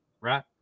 right